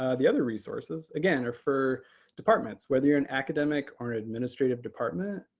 ah the other resources, again, are for departments. whether you're an academic or an administrative department,